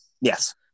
Yes